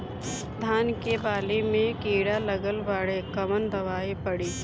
धान के बाली में कीड़ा लगल बाड़े कवन दवाई पड़ी?